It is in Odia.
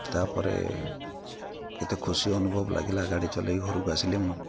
ତା'ପରେ ଏତେ ଖୁସି ଅନୁଭବ ଲାଗିଲା ଗାଡ଼ି ଚଲେଇକି ଘରକୁ ଆସିଲି ମୁଁ